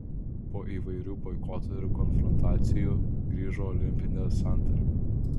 po įvairių boikotų ir konfrontacijų grįžo olimpinė santarvė